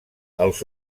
els